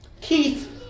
Keith